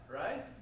right